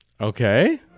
okay